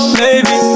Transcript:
baby